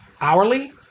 hourly